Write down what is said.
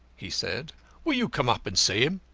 he said will you come up and see him?